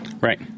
Right